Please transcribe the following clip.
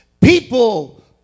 People